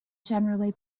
generally